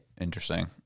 interesting